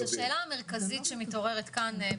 השאלה המרכזית שמתעוררת כאן,